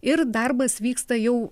ir darbas vyksta jau